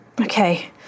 okay